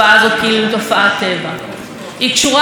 היא קשורה גם לכסף,